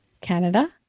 Canada